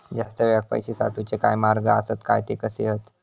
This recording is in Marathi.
जास्त वेळाक पैशे साठवूचे काय मार्ग आसत काय ते कसे हत?